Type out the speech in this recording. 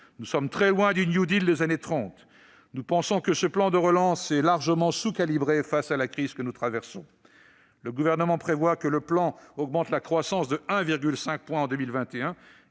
Nous sommes très loin du des années 1930. Nous pensons que ce plan de relance est largement sous-calibré face à la crise que nous traversons. Le Gouvernement prévoit qu'il permette d'augmenter la croissance de 1,5 point en 2021